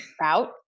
Route